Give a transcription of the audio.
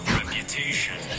reputation